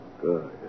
Good